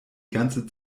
ganze